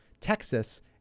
Texas